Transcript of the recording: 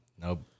Nope